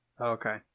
Okay